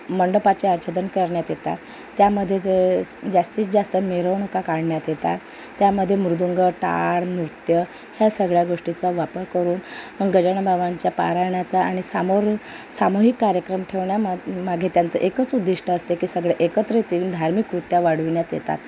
मंडपाच्या आचोदन करण्यात येतात त्यामध्ये जे स् जास्तीतजास्त मिरवणुका काढण्यात येतात त्यामध्ये मृदंग टाळ नृत्य ह्या सगळ्या गोष्टीचा वापर करून गजाननबाबांच्या पारायणाचा आणि सामूर सामूहिक कार्यक्रम ठेवण्यामा मागे त्यांचा एकच उद्दिष्ट असते की सगळे एकत्रित येऊन धार्मिक वृत्ती वाढविण्यात येतात